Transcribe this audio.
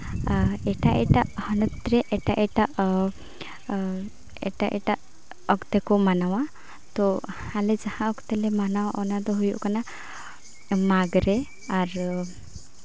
ᱟᱨ ᱮᱴᱟᱜ ᱮᱴᱟᱜ ᱦᱚᱱᱚᱛ ᱨᱮ ᱮᱴᱟᱜ ᱮᱴᱟᱜ ᱮᱴᱟᱜ ᱮᱴᱟᱜ ᱚᱠᱛᱮ ᱠᱚ ᱢᱟᱱᱟᱣᱟ ᱛᱳ ᱟᱞᱮ ᱡᱟᱦᱟᱸ ᱚᱠᱛᱮ ᱞᱮ ᱢᱟᱱᱟᱣᱟ ᱚᱱᱟ ᱫᱚ ᱦᱩᱭᱩᱜ ᱠᱟᱱᱟ ᱢᱟᱜᱽ ᱨᱮ ᱟᱨ